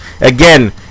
again